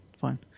fine